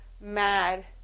mad